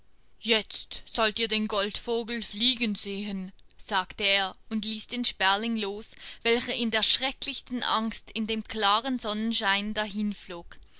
jetzt sollt ihr den goldvogel fliegen sehen sagte er und ließ den sperling los welcher in der schrecklichsten angst in dem klaren sonnenschein dahinflog